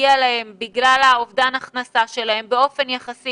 שמגיע להם בגלל אובדן ההכנסה שלהם באופן יחסי,